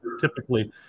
typically